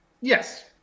Yes